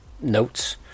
notes